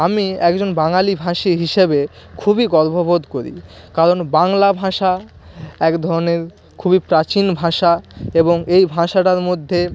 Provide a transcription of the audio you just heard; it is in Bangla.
আমি একজন বাঙালিভাষী হিসেবে খুবই গর্ববোধ করি কারণ বাংলা ভাষা এক ধরনের খুবই প্রাচীন ভাষা এবং এই ভাষাটার মধ্যে